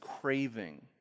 craving